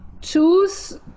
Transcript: choose